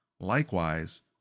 Likewise